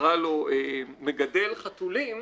שנקרא לו מגדל חתולים